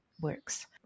works